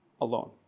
alone